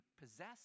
possess